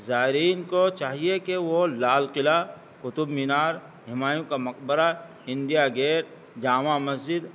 زائرین کو چاہیے کہ وہ لال قلعہ قطب مینار ہمایوں کا مقبرہ انڈیا گیٹ جامع مسجد